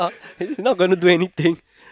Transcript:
not gonna do anything